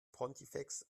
pontifex